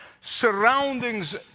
surroundings